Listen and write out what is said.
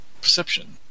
Perception